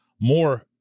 more